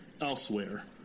elsewhere